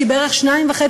שהיא בערך 2.5%,